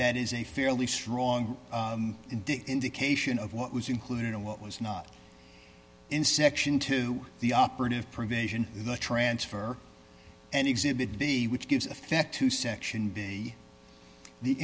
that is a fairly strong indication of what was included and what was not in section two the operative provision the transfer and exhibit b which gives effect to section b the